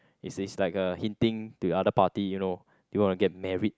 is is like a hinting to the other party you know do you want to get married